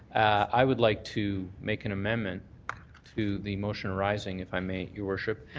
i would like to make an amendment to the motion arising, if i may, your worship,